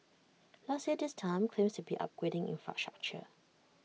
last year this time claims to be upgrading infrastructure